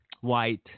white